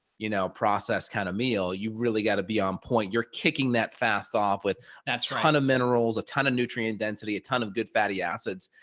you know, process kind of meal, you really got to be on point, you're kicking that fast off with that ton of minerals, a ton of nutrient density, a ton of good fatty acids.